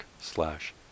slash